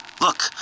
Look